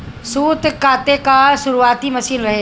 सूत काते कअ शुरुआती मशीन रहे